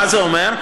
מה זה אומר?